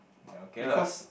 oh okay lah